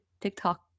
TikTok